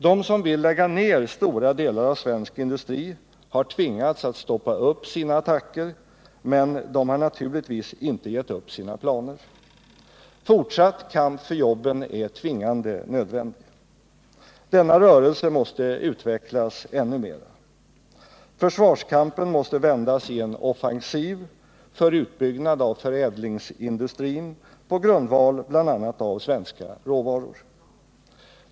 De som vill lägga ner stora delar av svensk industri har tvingats att stoppa upp sina attacker, men de har naturligtvis inte gett upp sina planer. Fortsatt kamp för jobben är tvingande nödvändig. Denna rörelse måste utvecklas ännu mer. Försvarskampen måste vändas i en offensiv för utbyggnad av förädlingsindustrin på grundval bl.a. av svenska råvaror.